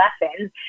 lessons